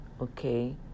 Okay